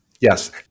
Yes